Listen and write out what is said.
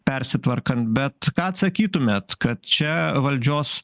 persitvarkant bet ką atsakytumėt kad čia valdžios